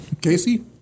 Casey